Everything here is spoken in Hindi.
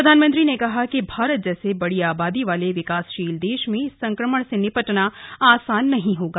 प्रधानमंत्री ने कहा कि भारत जैसे बड़ी आबादी वाले विकासशील देश में इस संक्रमण से निपटना आसान नहीं होगा